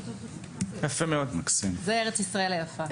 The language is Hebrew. זו ארץ ישראל היפה.